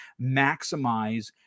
maximize